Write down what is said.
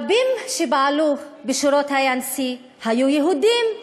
רבים שפעלו בשירות ה-ANC היו יהודים,